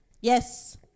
Yes